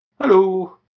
Hello